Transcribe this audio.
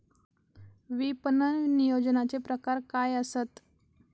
विपणन नियोजनाचे प्रकार काय आसत?